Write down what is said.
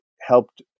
helped